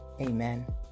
Amen